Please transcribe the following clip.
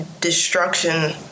destruction